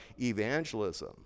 evangelism